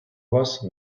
вас